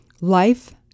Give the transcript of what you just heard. life